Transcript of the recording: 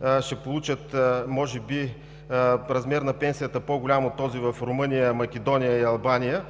г. ще получат може би размер на пенсията по-голям от този в Румъния, Македония и Албания,